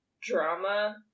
drama